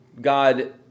God